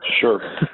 Sure